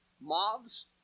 moths